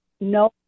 no